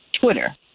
Twitter